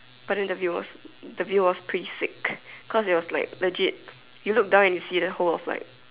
but then the view was the view was pretty sick cause it was like legit you look down and you see the whole of like